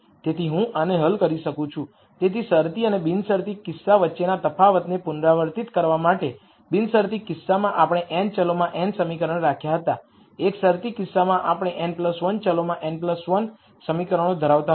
તેથી હું આને હલ કરી શકું છું તેથી શરતી અને બિનશરતી કિસ્સા વચ્ચેના તફાવતને પુનરાવર્તિત કરવા માટે બિનશરતી કિસ્સામાં આપણે n ચલોમાં n સમીકરણો રાખ્યા હતા એક શરતી કિસ્સામાં આપણે n 1 ચલોમાં n 1 સમીકરણો ધરાવતા હતા